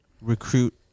recruit